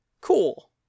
Cool